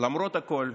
למרות הכול,